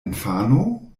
infano